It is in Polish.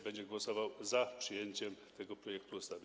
Będzie głosował za przyjęciem tego projektu ustawy.